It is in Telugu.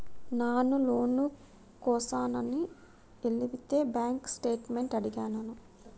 నాను లోను కోసమని ఎలితే బాంక్ స్టేట్మెంట్ అడిగినాడు